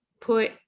put